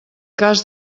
cas